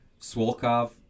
Swolkov